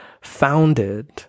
founded